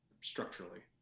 structurally